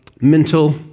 mental